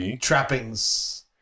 trappings